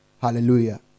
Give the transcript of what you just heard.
Hallelujah